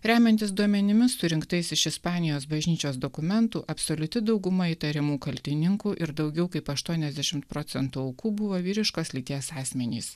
remiantis duomenimis surinktais iš ispanijos bažnyčios dokumentų absoliuti dauguma įtariamų kaltininkų ir daugiau kaip aštuoniasdešimt procentų aukų buvo vyriškos lyties asmenys